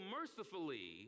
mercifully